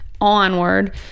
onward